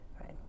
right